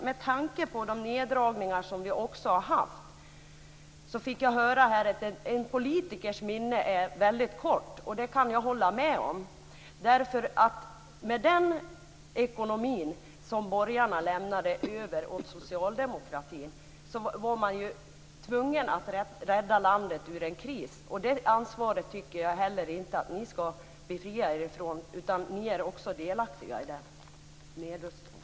Med tanke på de neddragningar som har varit har jag fått höra att en politikers minne är kort. Med den ekonomi som borgarna lämnade över till socialdemokratin var man tvungen att rädda landet ur en kris. Ni skall inte befria er från det ansvaret. Ni är också delaktiga i nedrustningen.